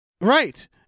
right